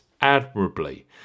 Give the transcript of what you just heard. admirably